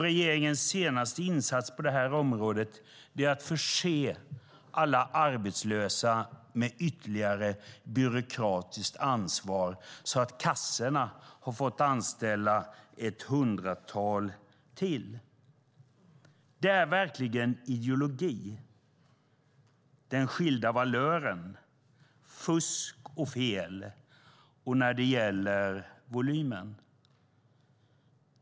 Regeringens senaste insats på det här området är att förse alla arbetslösa med ytterligare byråkratiskt ansvar så att kassorna har fått anställa ett hundratal till. Det är verkligen ideologi när det gäller den skilda valören - fusk och fel - och när det gäller volymen.